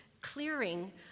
clearing